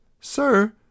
sir